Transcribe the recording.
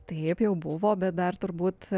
taip jau buvo bet dar turbūt